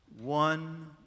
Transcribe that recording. one